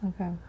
Okay